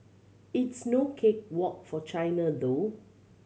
it's no cake walk for China though